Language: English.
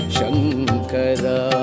Shankara